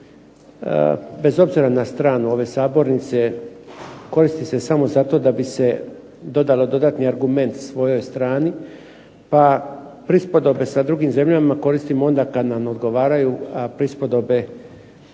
bez obzira na stranu ove sabornice koristi se samo zato da bi se dodalo dodatni argument svojoj strani, pa prispodobe sa drugim zemljama koristimo onda kad nam odgovaraju, a prispodobe sa